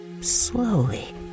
slowly